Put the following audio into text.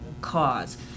cause